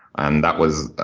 and that was